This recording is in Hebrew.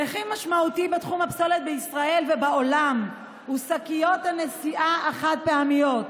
רכיב משמעותי בתחום הפסולת בישראל ובעולם הוא שקיות הנשיאה החד-פעמיות,